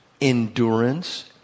endurance